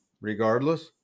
regardless